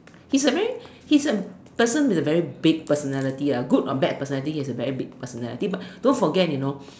he's a very he's a person with a very big personality lah good or bad personality he has a very big personality but don't forget you know